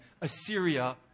Assyria